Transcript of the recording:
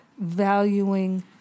Valuing